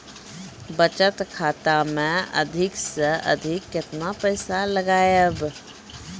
बचत खाता मे अधिक से अधिक केतना पैसा लगाय ब?